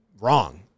wrong